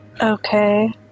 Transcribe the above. okay